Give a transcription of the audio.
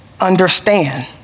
understand